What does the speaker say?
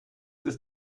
ist